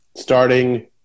Starting